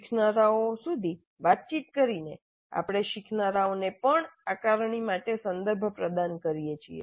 શીખનારાઓ સુધી વાતચીત કરીને આપણે શીખનારાઓને પણ આકારણી માટે સંદર્ભ પ્રદાન કરીએ છીએ